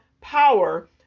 power